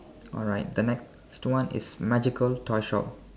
alright the next one is magical toy shop